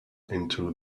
into